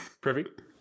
Perfect